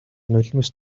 нулимс